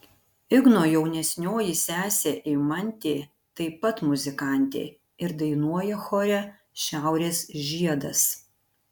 igno jaunesnioji sesė eimantė taip pat muzikantė ir dainuoja chore šiaurės žiedas